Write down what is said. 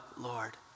Lord